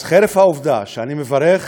אז חרף העובדה שאני מברך,